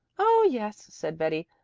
oh, yes, said betty.